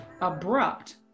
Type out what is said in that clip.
abrupt